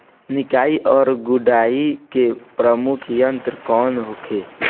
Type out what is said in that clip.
निकाई और गुड़ाई के प्रमुख यंत्र कौन होखे?